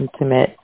intimate